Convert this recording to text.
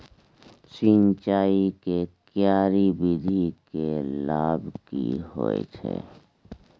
सिंचाई के क्यारी विधी के लाभ की होय छै?